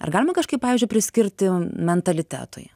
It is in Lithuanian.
ar galima kažkaip pavyzdžiui priskirti mentalitetui